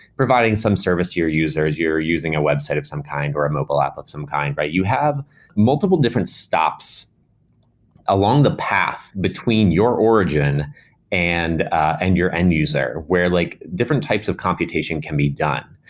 providing some service to your users, you're using a website of some kind, or a mobile app of some kind, you have multiple different stops along the path between your origin and and your end user where like different types of computation can be done.